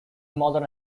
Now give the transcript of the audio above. mother